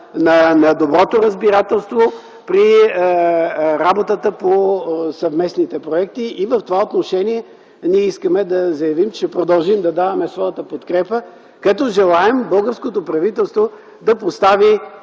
на доброто разбирателство при работата по съвместните проекти. В това отношение ние искаме да заявим, че ще продължим да даваме своята подкрепа, като желаем българското правителство да постави